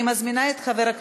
לא.